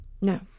No